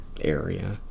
area